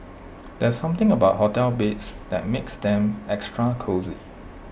there's something about hotel beds that makes them extra cosy